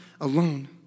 alone